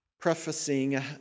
prefacing